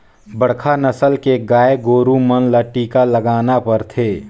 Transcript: बड़खा नसल के गाय गोरु मन ल टीका लगाना परथे